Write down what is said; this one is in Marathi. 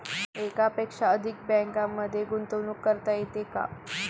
एकापेक्षा अधिक बँकांमध्ये गुंतवणूक करता येते का?